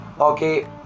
okay